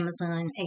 Amazon